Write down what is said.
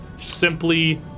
Simply